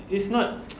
it's not